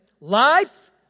life